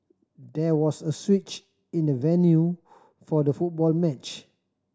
there was a switch in the venue for the football match